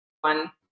one